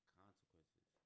consequences